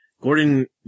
Gordon